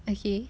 okay